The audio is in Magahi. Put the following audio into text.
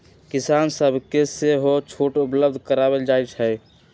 किसान सभके सेहो छुट उपलब्ध करायल जाइ छइ